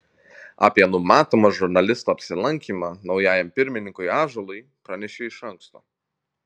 apie numatomą žurnalisto apsilankymą naujajam pirmininkui ąžuolui pranešė iš anksto